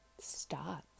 stop